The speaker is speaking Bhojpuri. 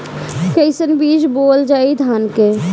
कईसन बीज बोअल जाई धान के?